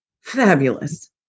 fabulous